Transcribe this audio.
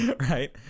Right